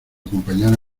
acompañar